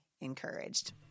encouraged